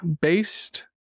based